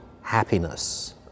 happiness